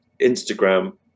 instagram